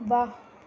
वाह्